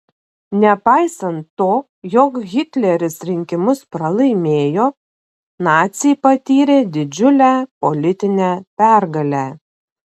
nepaisant to jog hitleris rinkimus pralaimėjo naciai patyrė didžiulę politinę pergalę